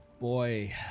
boy